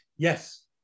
Yes